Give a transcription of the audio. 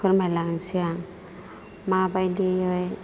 फोरमायलांनोसै आं माबायदियै